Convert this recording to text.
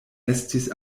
estis